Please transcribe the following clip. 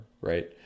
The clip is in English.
right